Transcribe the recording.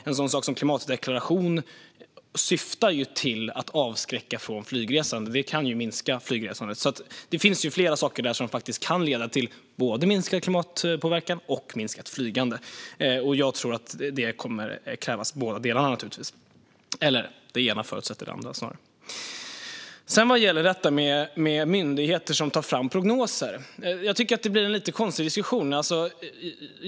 En sådan sak som klimatdeklaration syftar ju till att avskräcka från flygresande och kan därför minska flygresandet, så det finns flera saker som kan leda till både minskad klimatpåverkan och minskat flygande. Jag tror naturligtvis att det ena förutsätter det andra. Vad gäller myndigheter som tar fram prognoser tycker jag att det blir en lite konstig diskussion.